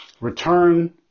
return